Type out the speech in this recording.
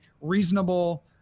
reasonable